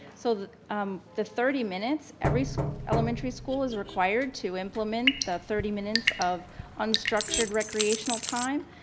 so the um the thirty minutes, every elementary school is required to implement the thirty minutes of unstructured recreational time.